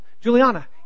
Juliana